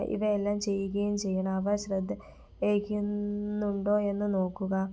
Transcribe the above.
ഇവയെല്ലാം ചെയ്യുകയും ചെയ്യണം അവ ശ്രദ്ധ യേക്ക്ന്നുണ്ടോ എന്ന് നോക്കുക